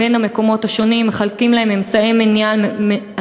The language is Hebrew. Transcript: בין המקומות השונים ומחלקים להן אמצעי מניעה על